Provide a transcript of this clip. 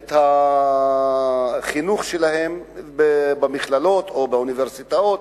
את החינוך שלהן במכללות או באוניברסיטאות,